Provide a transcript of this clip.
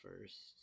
first